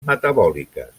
metabòliques